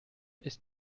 ist